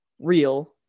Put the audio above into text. real